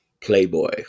playboy